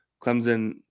Clemson